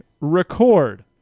record